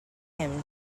him